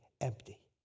empty